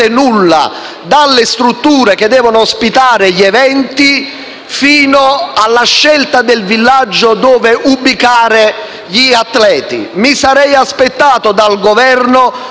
nulla, dalle strutture che devono ospitare gli eventi fino alla scelta del villaggio dove ubicare gli atleti. Mi sarei aspettato dal Governo